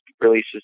releases